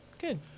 Good